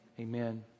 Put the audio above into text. Amen